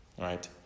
right